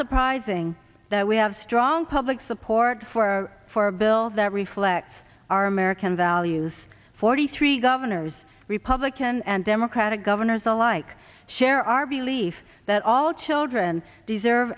surprising that we have strong public support for our for a bill that reflects our american values forty three governors republican and democratic governors alike share our belief that all children deserve